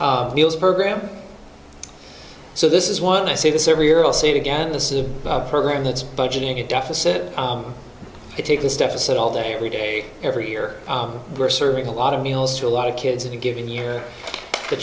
deals per gram so this is one i say this every year i'll say it again this is a program that's budgeting a deficit to take this deficit all day every day every year we're serving a lot of meals to a lot of kids in a given year t